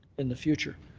and the future.